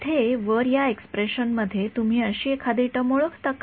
इथे वर या एक्स्प्रेशन मध्ये तुम्ही अशी एखादी टर्म ओळखता का